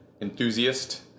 enthusiast